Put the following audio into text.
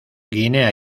guinea